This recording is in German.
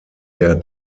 der